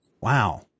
Wow